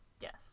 Yes